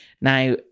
Now